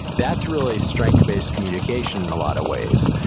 that's really strength-based communication in a lot of ways.